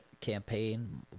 campaign